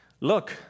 Look